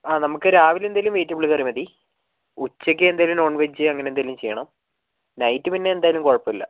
ആ നമുക്ക് രാവിലെ എന്തെങ്കിലും വെജിറ്റബിൾ കറി മതി ഉച്ചയ്ക്ക് എന്തെങ്കിലും നോൺ വെജ്ജ് അങ്ങനെ എന്തെങ്കിലും ചെയ്യണം നൈറ്റ് പിന്നെ എന്തായാലും കുഴപ്പമില്ല